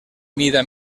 mida